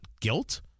guilt